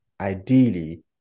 ideally